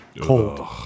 cold